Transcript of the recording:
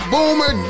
Boomer